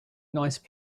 nice